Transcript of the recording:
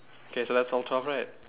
k so that's all twelve right